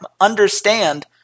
understand